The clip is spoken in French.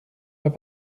pas